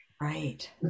right